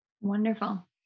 Wonderful